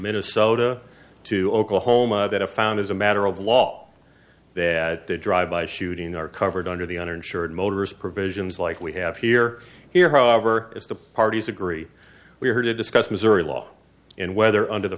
minnesota to oklahoma that a found as a matter of law they drive by shooting are covered under the uninsured motorist provisions like we have here here however if the parties agree we're here to discuss missouri law in whether under the